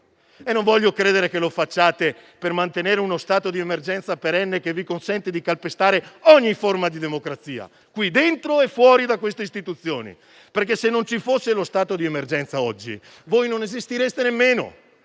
E non voglio nemmeno credere che lo facciate per mantenere uno stato di emergenza perenne che vi consente di calpestare ogni forma di democrazia qui dentro e fuori da queste istituzioni. Se non ci fosse lo stato di emergenza oggi, voi non esistereste nemmeno.